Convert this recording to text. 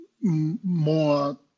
more